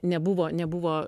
nebuvo nebuvo